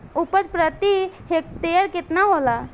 उपज प्रति हेक्टेयर केतना होला?